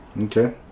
okay